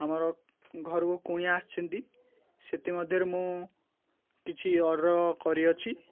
ଆମର ଘରକୁ କୁଣିଆ ଆସିଛନ୍ତି ସେଥିମଧ୍ୟରୁ ମୁଁ କିଛି ଅର୍ଡ଼ର କରିଅଛି